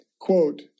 Quote